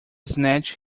snatched